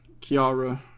Kiara